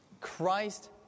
Christ